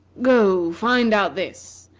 go, find out this,